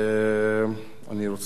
אנחנו נציין שאתה רוצה לתמוך,